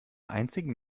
einzigen